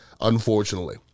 unfortunately